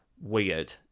weird